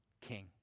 king